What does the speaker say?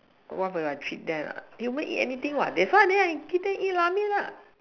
what will I treat that ah you make anything what that's why I give them eat Ramen lah